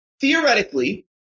theoretically